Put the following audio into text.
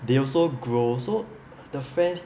they also grow so the friends